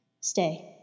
Stay